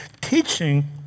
teaching